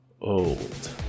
old